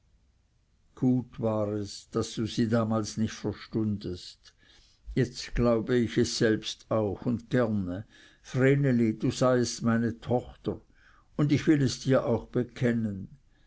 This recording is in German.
gut war es daß du sie damals nicht verstundest jetzt glaube ich es selbst auch und gerne vreneli du seiest meine tochter und will es dir auch bekennen